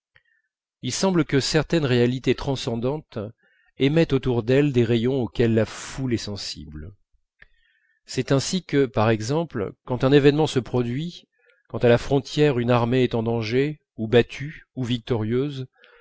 il semble que certaines réalités transcendantes émettent autour d'elles des rayons auxquels la foule est sensible c'est ainsi que par exemple quand un événement se produit quand à la frontière une armée est en danger ou battue ou victorieuse